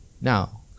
now